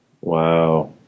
Wow